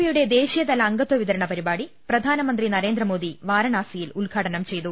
പിയുടെ ദേശീയതല അംഗത്വ വിതരണ പരിപാടി പ്രധാനമന്ത്രി നരേന്ദ്രമോദി വാരണാസിയിൽ ഉദ്ഘാടനം ചെയ്തു